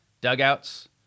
dugouts